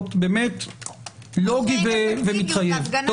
אבל ידברו פה עוד נציגי החברה האזרחית כל אחד דקה וחצי,